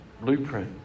blueprint